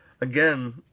Again